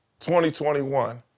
2021